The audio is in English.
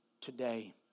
today